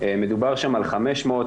מדובר שם על 500,